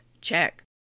Check